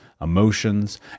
emotions